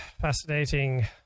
fascinating